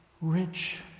rich